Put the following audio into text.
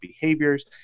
behaviors